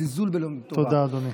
זלזול בלומדי תורה, תודה, אדוני.